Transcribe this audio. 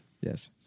Yes